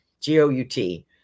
g-o-u-t